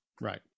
Right